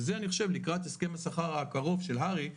וזה אני חושב לקראת הסכם השכר הקרוב של הר"י,